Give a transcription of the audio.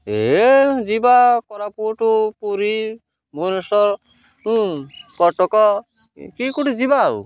ଏ ଯିବା କୋରାପୁଟ ପୁରୀ ଭୁବନେଶ୍ୱର କଟକ କି କୋଉଠିକି ଯିବା ଆଉ